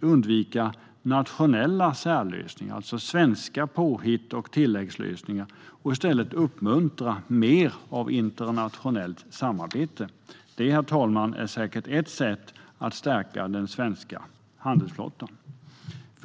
undvika nationella särlösningar, alltså svenska påhitt och tillläggslösningar, och i stället uppmuntra mer av internationellt samarbete. Det, herr talman, är säkert ett sätt att stärka den svenska handelsflottan.